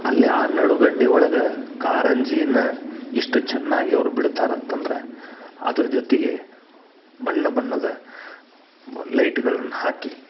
ಅಲ್ಲೇ ಆ ನಡುಗಡ್ಡೆ ಒಳಗೆ ಕಾರಂಜಿಯನ್ನು ಇಷ್ಟು ಚೆನ್ನಾಗಿ ಅವ್ರು ಬಿಡ್ತಾರಂತಂದ್ರೆ ಅದ್ರ ಜೊತೆಗೆ ಬಣ್ಣ ಬಣ್ಣದ ಲೈಟ್ಗಳನ್ನು ಹಾಕಿ